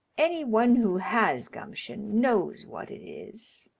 any one who has gumption knows what it is,